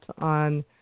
on